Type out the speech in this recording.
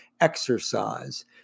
exercise